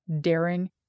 daring